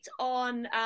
on